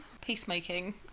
peacemaking